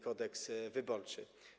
Kodeks wyborczy.